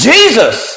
Jesus